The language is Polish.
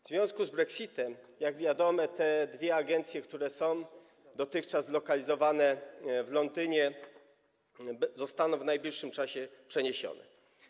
W związku z brexitem, jak wiadomo, te dwie agencje, które są dotychczas zlokalizowane w Londynie, zostaną w najbliższym czasie przeniesione.